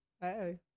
Hey